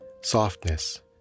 Softness